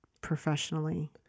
professionally